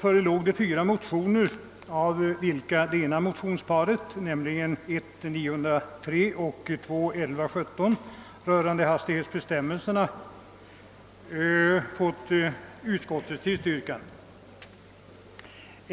förelåg fyra motioner av vilka motionsparet I:903 och II: 1117 rörande hastighetsbestämmelserna tillstyrkts av utskottet.